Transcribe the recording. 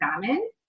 salmon